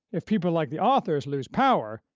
if people like the authors lose power,